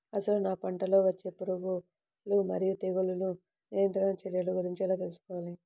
అసలు నా పంటలో వచ్చే పురుగులు మరియు తెగులుల నియంత్రణ చర్యల గురించి ఎలా తెలుసుకోవాలి?